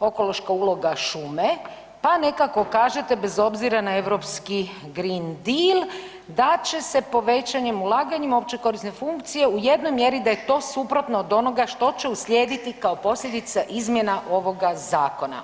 okološka uloga šume, pa nekako kažete bez obzira na europski green deal da će se povećanjem ulaganjima u općekorisne funkcije u jednoj mjeri da je to suprotno od onoga što će uslijediti kao posljedica izmjena ovoga zakona.